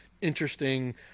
interesting